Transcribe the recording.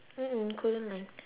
mm kodaline